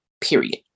period